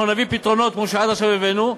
אנחנו נביא פתרונות כמו שעד עכשיו הבאנו,